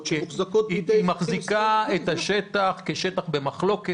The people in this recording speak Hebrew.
מחזיקה את השטח כשטח במחלוקת,